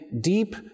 deep